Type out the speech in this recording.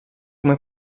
come